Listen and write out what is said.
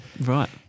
Right